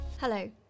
Hello